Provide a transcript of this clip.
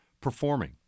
performing